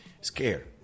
scared